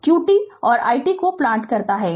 q t और i t को plot करना है